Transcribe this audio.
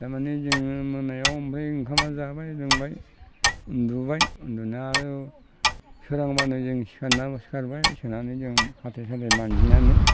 थारमानि जोङो मोनायाव ओंखामा जाबाय लोंबाय उनदुबाय उनदुना आरो सोरांब्लानो जों सिखार नांगौ सिखारबाय सिखारनानै जों हाथाय साथाय मानजिनानै